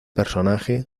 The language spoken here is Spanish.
personaje